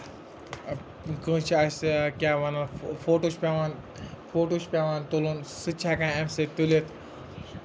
کٲنٛسہِ چھِ آسہِ کیٛاہ وَنو فو فوٹو چھُ پیٚوان فوٹو چھُ پیٚوان تُلُن سُہ تہِ چھِ ہیٚکان اَمہِ سۭتۍ تُلِتھ